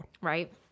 Right